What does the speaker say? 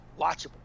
watchable